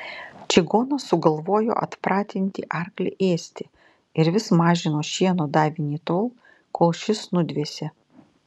čigonas sugalvojo atpratinti arklį ėsti ir vis mažino šieno davinį tol kol šis nudvėsė